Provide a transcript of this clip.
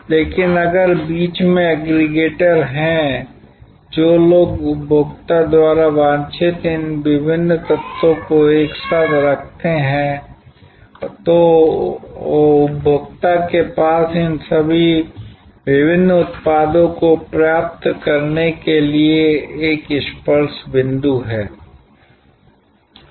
लेकिन अगर बीच में एग्रीगेटर हैं जो लोग उपभोक्ता द्वारा वांछित इन विभिन्न तत्वों को एक साथ रखते हैं तो उपभोक्ता के पास इन सभी विभिन्न उत्पादों को प्राप्त करने के लिए एक स्पर्श बिंदु है